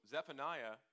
Zephaniah